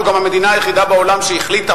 אנחנו גם המדינה היחידה בעולם שהחליטה